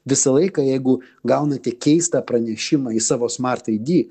visą laiką jeigu gaunate keistą pranešimą į savo smart id